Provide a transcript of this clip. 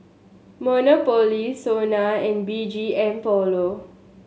Monopoly SONA and B G M Polo